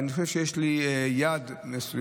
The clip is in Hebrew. ואני חושב שוודאי יש לי יד מסוימת,